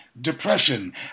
depression